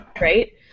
right